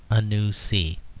a new sea.